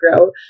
grow